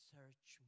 Search